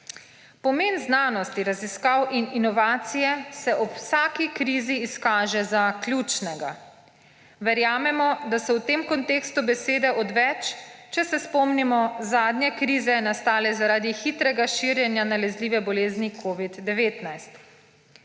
Pomen znanosti, raziskav in inovacije se ob vsaki krizi izkaže za ključnega. Verjamemo, da so v tem kontekstu besede odveč, če se spomnimo zadnje krize, nastale zaradi hitrega širjenja nalezljive bolezni covid-19.